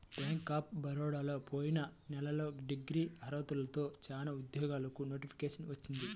bank of బరోడాలో పోయిన నెలలో డిగ్రీ అర్హతతో చానా ఉద్యోగాలకు నోటిఫికేషన్ వచ్చింది